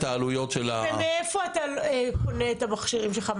העלויות של --- ומאיפה אתה קונה את המכשירים שלך,